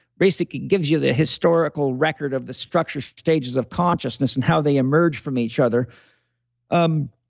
basically gives you the historical record of the structure, stages of consciousness and how they emerge from each other um